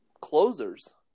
closers